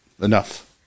enough